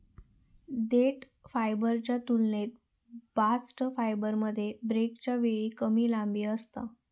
देठ फायबरच्या तुलनेत बास्ट फायबरमध्ये ब्रेकच्या वेळी कमी लांबी असता